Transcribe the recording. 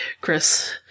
Chris